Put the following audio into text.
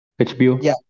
HBO